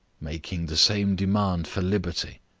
making the same demand for liberty.